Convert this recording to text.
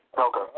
Okay